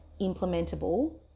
implementable